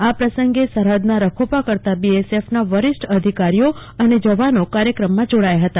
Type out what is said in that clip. આ પ્રસંગે સરહદના રખોપા કરતા બીએસએફના વરિષ્ઠ અધિકારીઓ જવાનોકાર્યક્રમમાં જોડાયા હતા